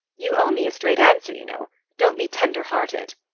you owe me a straight answer, you know don't be tender-hearted!